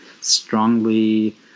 strongly